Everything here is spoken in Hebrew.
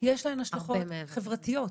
יש להן השלכות חברתיות.